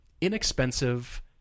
inexpensive